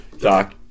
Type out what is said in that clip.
Doc